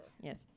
Yes